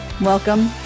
Welcome